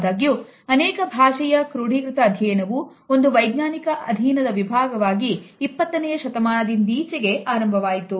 ಆದಾಗ್ಯೂ ಅನೇಕ ಭಾಷೆಯ ಕ್ರೋಡಿಕೃತ ಅಧ್ಯಯನವು ಒಂದು ವೈಜ್ಞಾನಿಕ ಅಧೀನದ ವಿಭಾಗವಾಗಿ ಇಪ್ಪತ್ತನೆಯ ಶತಮಾನದಿಂದೀಚೆಗೆ ಆರಂಭವಾಯಿತು